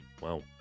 Wow